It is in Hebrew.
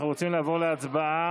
אנחנו רוצים לעבור להצבעה.